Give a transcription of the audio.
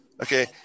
Okay